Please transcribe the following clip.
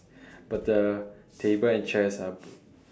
but the table and chairs are